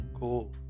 Go